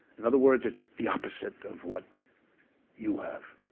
and other words, it's the opposite of what you have.